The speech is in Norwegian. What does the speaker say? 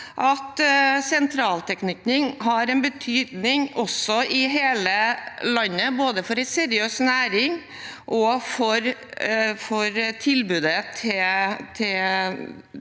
at sentraltilknytning har betydning i hele landet, både for en seriøs næring og for tilbudet til